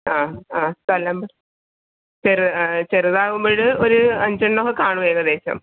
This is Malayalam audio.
ആ ആ സ്ഥലം ചെറു ചെറുതാവുമ്പോൾ ഒരു അഞ്ചെണ്ണമൊക്കെ കാണും ഏകദേശം